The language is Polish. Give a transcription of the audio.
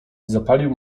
zapalił